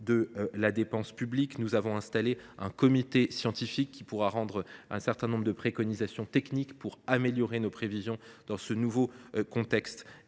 de la dépense publique. Nous avons ainsi installé un comité scientifique, qui rendra des préconisations techniques pour améliorer nos prévisions dans ce nouveau contexte